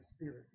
spirit